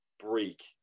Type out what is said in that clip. Break